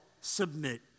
submit